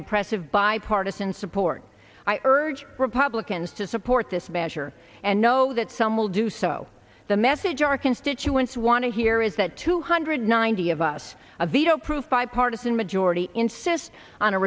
impressive bipartisan support i urge republicans to support this measure and know that some will do so the message our constituents want to hear is that two hundred ninety of us a veto proof bipartisan majority insist on a